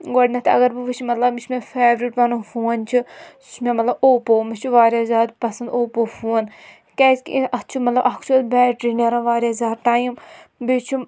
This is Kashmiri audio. گۄڈٕنٮ۪تھ اگر بہٕ وُچھہِ مطلب یہِ چھُ مےٚ فیورِٹ پَنُن فوٗن چھُ سُہ چھُ مےٚ مطلب اوپو مےٚ چھُ واریاہ زیادٕ پَسنٛد اوپو فوٗن کیازکہِ اَتھ چھُ مطلب اَکھ چھُ اَتھ بیٹری نیران واریاہ زیادٕ ٹایم بیٚیہِ چھُ